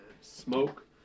smoke